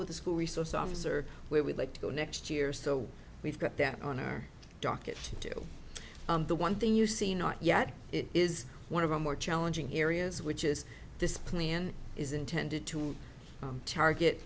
with the school resource officer where we'd like to go next year so we've got that on our docket to do the one thing you see not yet it is one of the more challenging areas which is this plan is intended to target